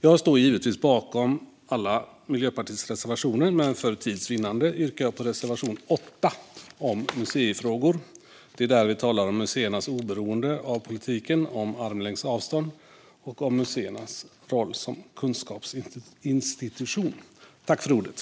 Jag står givetvis bakom alla Miljöpartiets reservationer, men för tids vinnande yrkar jag bifall till reservation 8 om museifrågor. Det är där vi talar om museernas oberoende av politiken, om armlängds avstånd och om museernas roll som kunskapsinstitution.